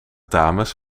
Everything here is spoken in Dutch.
dames